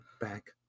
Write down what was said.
back